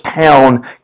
town